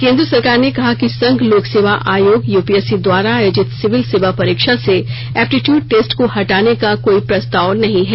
केंद्र सरकार ने कहा कि संघ लोक सेवा आयोग यूपीएससी द्वारा आयोजित सिविल सेवा परीक्षा से एप्टीट्यूड टेस्ट को हटाने का कोई प्रस्ताव नहीं है